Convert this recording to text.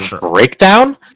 breakdown